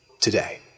Today